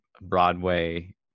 broadway